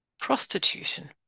prostitution